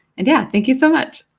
and yeah thank you so much.